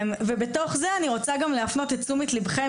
ובתוך זה אני רוצה גם להפנות את תשומת ליבכם.